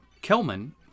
Kelman